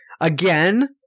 again